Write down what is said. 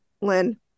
Lynn